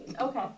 Okay